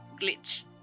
Glitch